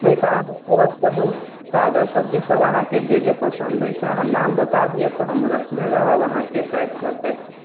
नहि तऽ अहाँ कहब तऽ हम ताजा सब्जी सब अहाँकेँ जे जे पसंद अछि से अहाँ नाम बता दिअऽ तऽ हम रखने रहब अहाँकेँ पैक कऽके